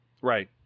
right